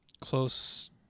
close